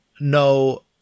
No